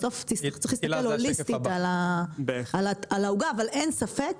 בסוף צריך להסתכל הוליסטית על העוגה, אבל אין ספק